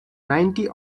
ninety